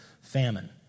famine